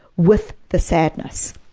with the sadness.